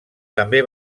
també